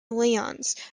lyons